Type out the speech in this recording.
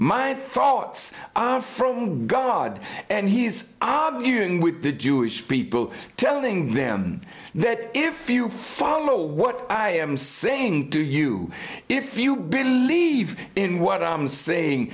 my thoughts are from god and he is obviously and with the jewish people telling them that if you follow what i am saying to you if you believe in what i'm saying